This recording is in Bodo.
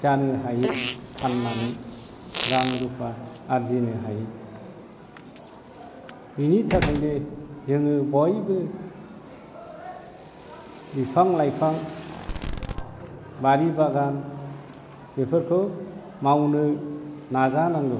जानो हायो फाननानै रां रुफा आरजिनो हायो बिनि थाखायनो जोङो बयबो बिफां लाइफां बारि बागान बेफोरखौ मावनो नाजानांगौ